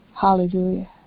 Hallelujah